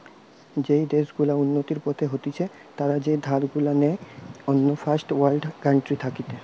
যেই দেশ গুলা উন্নতির পথে হতিছে তারা যে ধার গুলা নেই অন্য ফার্স্ট ওয়ার্ল্ড কান্ট্রি থাকতি